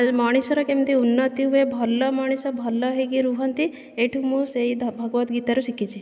ମଣିଷର କେମିତି ଉନ୍ନତି ହୁଏ ଭଲ ମଣିଷ ଭଲ ହେଇକି ରୁହନ୍ତି ଏଠୁ ମୁଁ ସେଇ ଭଗବତ୍ ଗୀତା ରୁ ଶିଖିଛି